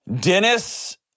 Dennis